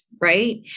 right